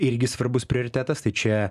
irgi svarbus prioritetas tai čia